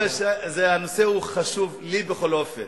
הנושא חשוב לי, בכל אופן.